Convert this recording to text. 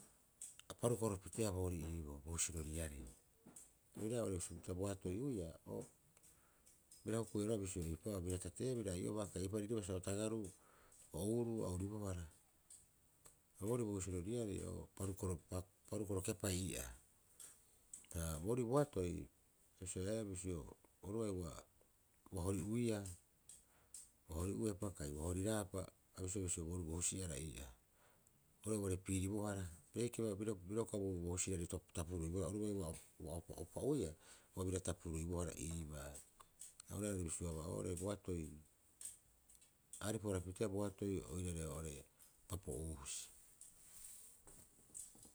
A parukoro piteea boorii iiboo husiroriarei oiraae oo'ore bisio pita boatoi uiiaa o bira hukuia roga'a bisio eipa'oo bira tateea bira ai'obaa kai eipa'oo a riiriiriba sa o tagaru ouruu a ouribohara. Boo ore bo husirorirei parukoro kepai ii'aa. Ha boorii boatoi ua bisio ua hori'uiaa kai ua horiraapa a bisioea bisio oru boisi'ara ii'aa oru oira uare piiribohara peekira bira uka bobosuia orubai uare opa'opa uiaa ua bira tapuruibohara iibaa oru oira are bisioabaa, a aripuhara piteea oirare oo'ore papo'uuhusi.